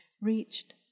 reached